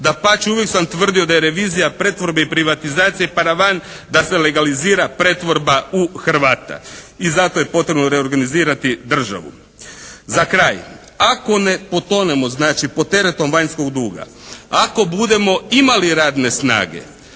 Dapače uvijek sam tvrdio da je revizija pretvorbe i privatizacije paravan da se legalizira pretvorba u Hrvata. I zato je potrebno reorganizirati državu. Za kraj. Ako ne potonemo znači pod teretom vanjskog duga. Ako budemo imali radne snage.